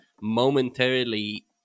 momentarily